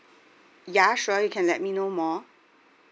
ya sure you can let me know more